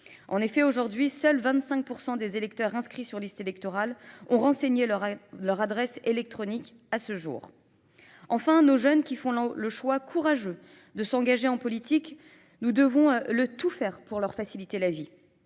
En effet, aujourd'hui, seuls 25% des électeurs inscrits sur liste électorale ont renseigné leur adresse électronique à ce jour. Enfin, nos jeunes qui font le choix courageux de s'engager en politique, nous devons le tout faire pour leur faciliter la vie.